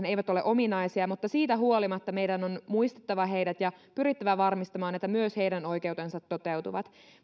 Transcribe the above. eivät ole ominaisia mutta siitä huolimatta meidän on muistettava heidät ja pyrittävä varmistamaan että myös heidän oikeutensa toteutuvat